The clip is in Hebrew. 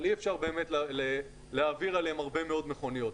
אבל אי אפשר באמת להעביר עליהם הרבה מאוד מכוניות.